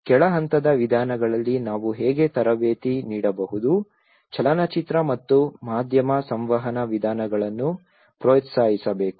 ಕೆಳ ಹಂತದ ವಿಧಾನಗಳಲ್ಲಿ ನಾವು ಹೇಗೆ ತರಬೇತಿ ನೀಡಬಹುದು ಚಲನಚಿತ್ರ ಮತ್ತು ಮಾಧ್ಯಮ ಸಂವಹನ ವಿಧಾನಗಳನ್ನು ಪ್ರೋತ್ಸಾಹಿಸಬೇಕು